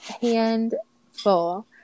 handful